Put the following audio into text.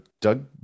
Doug